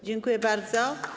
Dziękuję bardzo.